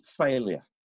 failure